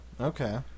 okay